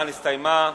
ההצבעה נסתיימה.